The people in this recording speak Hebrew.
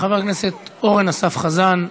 חבר הכנסת אורן אסף חזן,